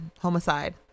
homicide